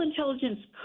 intelligence